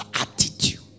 attitude